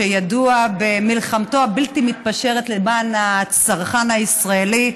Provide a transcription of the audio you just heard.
שידוע במלחמתו הבלתי-מתפשרת למען הצרכן הישראלי,